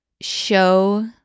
show